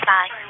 Bye